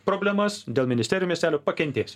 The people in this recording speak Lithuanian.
problemas dėl ministerijų miestelio pakentėsim